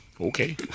Okay